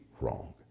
wrong